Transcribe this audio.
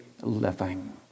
living